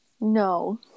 No